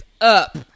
up